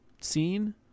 scene